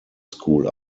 school